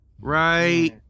right